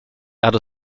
hat